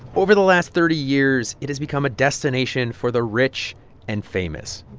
over the last thirty years, it has become a destination for the rich and famous.